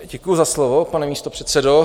Děkuji za slovo, pane místopředsedo.